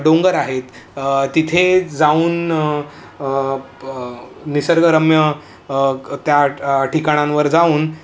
डोंगर आहेत तिथे जाऊन निसर्गरम्य त्या ठिकाणांवर जाऊन